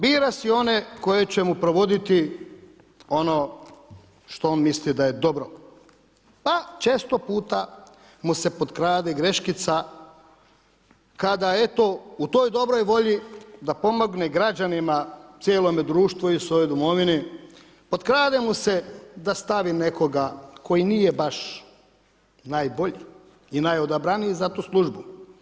Bira si one koji će mu provoditi ono što on misli da je dobro, pa mu se često puta potkrade greškica kada eto, u toj dobroj volji da pomogne građanima, cijelome društvu i svojoj domovini, potkrade mu se da stavi nekoga koji baš najbolji i najodabraniji za tu službu.